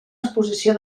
exposició